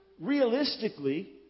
realistically